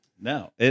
No